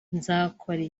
nzakora